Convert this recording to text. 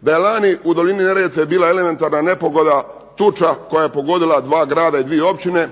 da je lani u dolini Neretve bila elementarna nepogoda, tuča koja je pogodila dva grada i dvije općine,